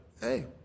hey